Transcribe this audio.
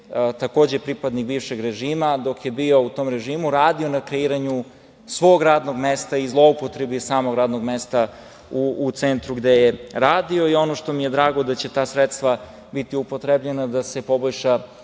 takođe pripadnik bivšeg režima, a dok je bio u tom režimu radio na kreiranju svog radnog mesta i zloupotrebi samog radnog mesta u centru gde je radio. Drago mi je da će ta sredstva biti upotrebljena da se poboljšaju